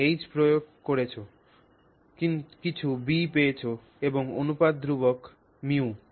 তুমি H প্রয়োগ করেছ কিছু B পেয়েছ এবং অনুপাত ধ্রুবক μ